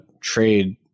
trade